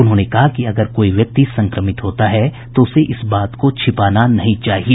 उन्होंने कहा कि अगर कोई व्यक्ति संक्रमित होता है तो उसे इस बात को छिपाना नहीं चाहिए